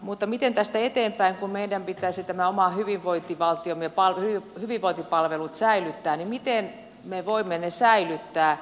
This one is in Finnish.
mutta miten tästä eteenpäin kun meidän pitäisi nämä oman hyvinvointivaltiomme hyvinvointipalvelut säilyttää miten me voimme ne säilyttää